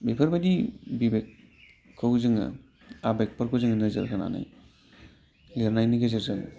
बेफोरबायदि बिबेगखौ जोङो आबेगफोरखौ जोङो नोजोर होनानै लिरनायनि गेजेरजों